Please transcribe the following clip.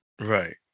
Right